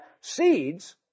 seeds